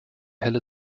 helle